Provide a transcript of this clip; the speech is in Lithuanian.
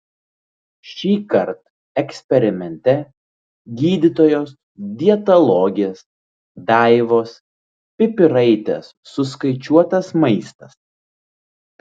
šįkart eksperimente gydytojos dietologės daivos pipiraitės suskaičiuotas maistas